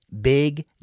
big